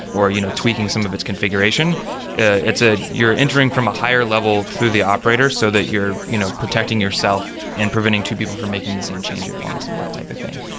or you know tweaking some of its configuration ah you're entering from a higher level through the operator, so that you're you know protecting yourself and preventing two people from making the same change at once and that type of thing.